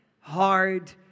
hard